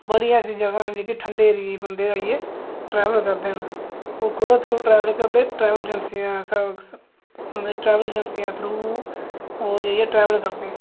बड़ी ऐसी जगह् न जेह्के ठंडे एरिये दे बंदे आइयै ट्रैवल करदे न ओह् कोह्दे थ्रू आइयै ट्रैवल करदे न ट्रैवल एजेंसियां ट्रैवल एजेंसियें दे थ्रू ओह् जेह्के ट्रैवल करदे